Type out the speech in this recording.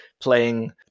playing